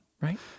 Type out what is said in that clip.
Right